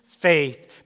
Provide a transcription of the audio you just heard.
faith